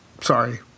sorry